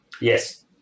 yes